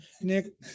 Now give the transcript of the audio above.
Nick